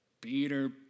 Peter